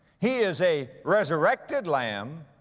he is a resurrected lamb.